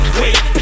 wait